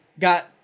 got